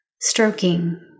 stroking